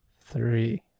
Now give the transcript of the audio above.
Three